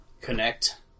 connect